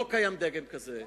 לא קיים דגם כזה.